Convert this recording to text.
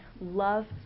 love